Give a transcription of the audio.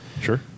Sure